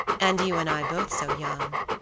and you and i both so young,